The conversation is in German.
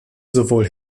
sowohl